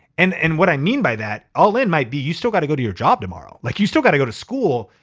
and and what i mean by that, all in might be, you still gotta go to your job tomorrow. like you still gotta go to school.